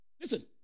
Listen